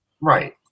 Right